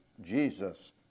Jesus